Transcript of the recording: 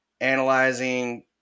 analyzing